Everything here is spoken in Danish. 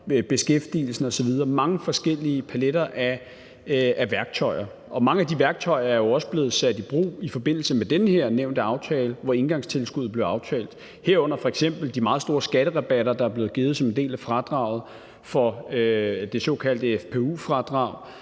drøftet mange forskellige paletter af værktøjer. Og mange af de værktøjer er jo også blevet sat i brug i forbindelse med den her nævnte aftale, hvor engangstilskuddet blev aftalt, herunder f.eks. de meget store skatterabatter, der er blevet givet som en del af fradraget – det såkaldte FPU-fradrag,